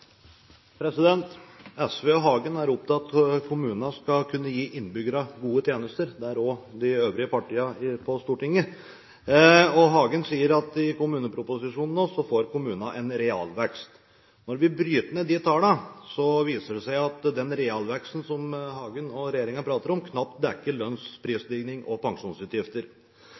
de øvrige partiene på Stortinget. Hagen sier at i kommuneproposisjonen får kommunene nå en realvekst. Når vi bryter ned de tallene, viser det seg at den realveksten Hagen og regjeringen snakker om, knapt dekker lønns- og prisstigning og pensjonsutgifter.